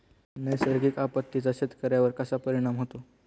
नैसर्गिक आपत्तींचा शेतकऱ्यांवर कसा परिणाम होतो?